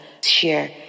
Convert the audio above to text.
Share